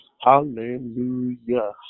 hallelujah